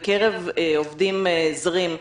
בקרב עובדים זרים,